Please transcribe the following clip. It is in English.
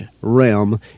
realm